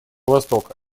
востока